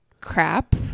crap